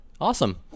Awesome